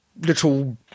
little